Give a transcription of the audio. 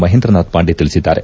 ಮಹೇಂದ್ರ ನಾಥ್ ಪಾಂಡೆ ತಿಳಿಸಿದ್ದಾರೆ